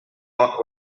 not